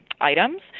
items